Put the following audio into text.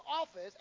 office